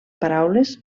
paraules